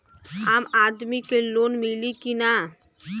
आम आदमी के लोन मिली कि ना?